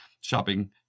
shopping